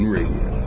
Radio